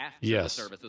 Yes